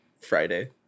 Friday